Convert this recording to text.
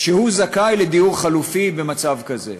שהוא זכאי לדיור חלופי במצב כזה,